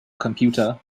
computer